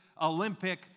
Olympic